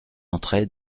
entrait